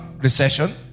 Recession